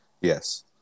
Yes